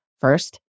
First